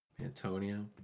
Antonio